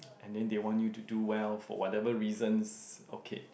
and then they want you to do well for whatever reasons okay